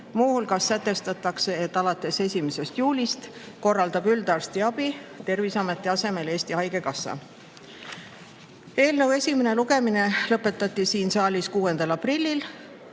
Muu hulgas sätestatakse, et alates 1. juulist korraldab üldarstiabi Terviseameti asemel Eesti Haigekassa. Eelnõu esimene lugemine lõpetati siin saalis 6. aprillil.